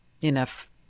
enough